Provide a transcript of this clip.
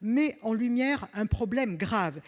met en lumière un problème grave